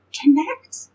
connect